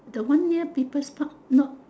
the one near people's park not